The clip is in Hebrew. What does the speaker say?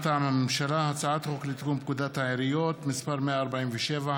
מטעם הממשלה: הצעת חוק לתיקון פקודת העיריות (מס' 147),